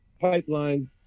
pipeline